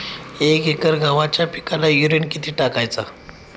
एक एकर गव्हाच्या पिकाला युरिया किती टाकायचा?